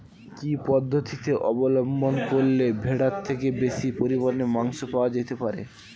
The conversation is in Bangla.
কি পদ্ধতিতে অবলম্বন করলে ভেড়ার থেকে বেশি পরিমাণে মাংস পাওয়া যেতে পারে?